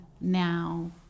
now